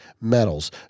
metals